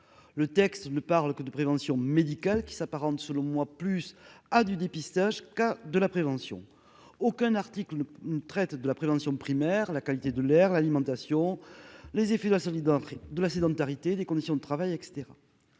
le texte ne parle que de prévention médicale qui s'apparente selon moi plus à du dépistage, cas de la prévention, aucun article ne traite de la prévention primaire, la qualité de l'air, l'alimentation, les effets de la solidarité de la sédentarité des conditions de travail et